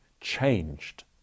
changed